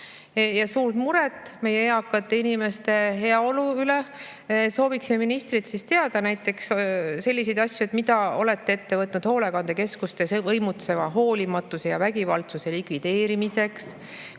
suurt muret meie eakate inimeste heaolu pärast, soovime ministrilt teada saada näiteks selliseid asju. Mida on ette võetud hoolekandekeskustes võimutseva hoolimatuse ja vägivaldsuse likvideerimiseks